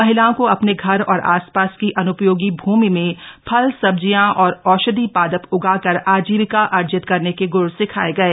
महिलाओं को अपने घर और आसपास की अन्उपयोगी भूमि में फल सब्जियां और औषधीय पादप उगाकार आजीविका अर्जित करने के ग्र सिखाए गए